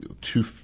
two –